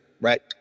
Right